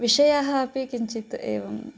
विषयाः अपि किञ्चित् एवम्